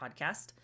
podcast